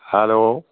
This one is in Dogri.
हैल्लो